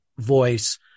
voice